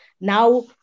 Now